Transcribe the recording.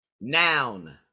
Noun